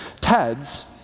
TEDS